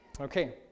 Okay